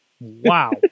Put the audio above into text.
Wow